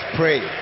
pray